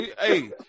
Hey